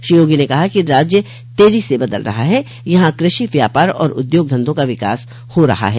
श्री योगी ने कहा कि राज्य तेजी से बदल रहा है यहां कृषि व्यापार और उद्योग धंधों का विकास हो रहा है